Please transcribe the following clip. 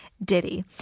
diddy